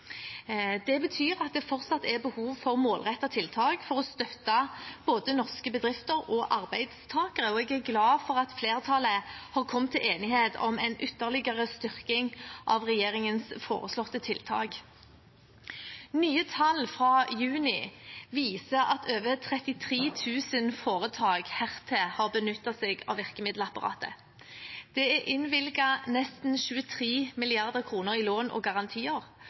Det betyr at det fortsatt er behov for målrettede tiltak for å støtte både norske bedrifter og norske arbeidstakere. Jeg er glad for at flertallet har kommet til enighet om en ytterligere styrking av regjeringens foreslåtte tiltak. Nye tall fra juni viser at over 33 000 foretak hittil har benyttet seg av virkemiddelapparatet. Det er innvilget nesten 23 mrd. kr i lån og garantier